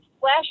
flash